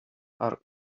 are